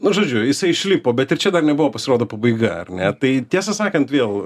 nu žodžiu jisai išlipo bet ir čia dar nebuvo pasirodo pabaiga ar ne tai tiesą sakant vėl